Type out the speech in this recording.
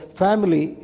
family